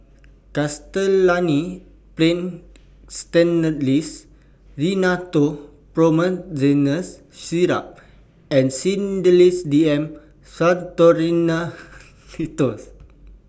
Castellani's Paint Stainless Rhinathiol Promethazine Syrup and Sedilix D M Pseudoephrine Linctus